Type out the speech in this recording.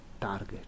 target